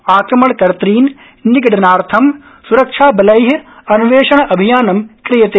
आक्रमण कर्तन् निगडनार्थ स्रक्षाबलै अन्वेषणाभियानं क्रियते